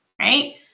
right